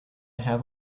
have